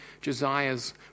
Josiah's